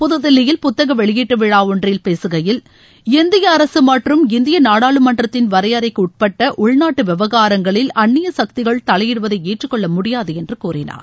புதுதில்லியில் புத்தக வெளியீட்டு விழா ஒன்றில் பேசுகையில் இந்திய அரசு மற்றும் இந்திய நாடாளுமன்றத்தின் வரையறைக்கு உட்பட்ட உள்நாட்டு விவகாரங்களில் அன்னிய சக்திகள் தலையிடுவதை ஏற்றுக்கொள்ள முடியாது என்று கூறினார்